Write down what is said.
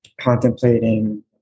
contemplating